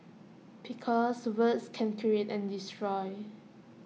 because words can create and destroy